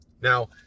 Now